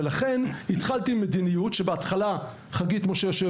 ולכן התחלתי מדיניות שאליה חגית משה,